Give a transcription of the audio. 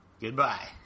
Goodbye